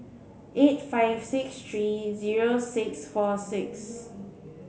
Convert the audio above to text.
eight five six eight zero six four six